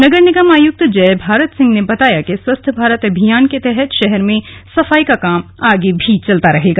नगर निगम आयुक्त जय भारत सिंह ने बताया कि स्वच्छ भारत अभियान के तहत शहर में सफाई का काम आगे भी चलता रहेगा